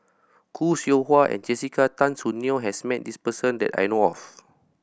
Khoo Seow Hwa and Jessica Tan Soon Neo has met this person that I know of